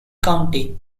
county